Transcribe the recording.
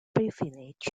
privilege